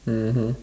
mmhmm